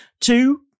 Two